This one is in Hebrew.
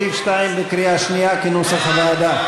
סעיף 2 בקריאה שנייה כנוסח הוועדה.